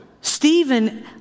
Stephen